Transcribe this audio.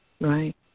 right